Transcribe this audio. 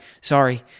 sorry